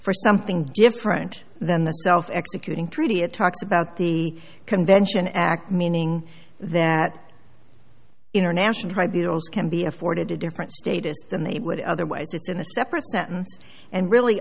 for something different than the self executing pretty it talks about the convention act meaning that international tribunals can be afforded a different status than they would otherwise it's in a separate sentence and really